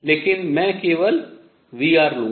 लेकिन मैं केवल V लूंगा